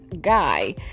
guy